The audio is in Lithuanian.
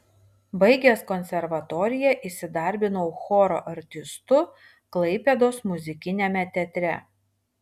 baigęs konservatoriją įsidarbinau choro artistu klaipėdos muzikiniame teatre